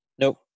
Nope